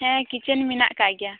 ᱦᱮᱸ ᱠᱤᱪᱮᱱ ᱢᱮᱱᱟᱜ ᱠᱟᱜ ᱜᱮᱭᱟ